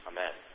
Amen